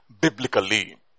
biblically